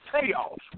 payoff